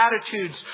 attitudes